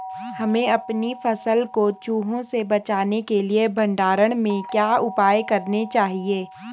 हमें अपनी फसल को चूहों से बचाने के लिए भंडारण में क्या उपाय करने चाहिए?